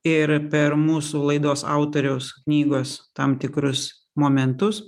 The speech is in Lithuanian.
ir per mūsų laidos autoriaus knygos tam tikrus momentus